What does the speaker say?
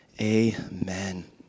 Amen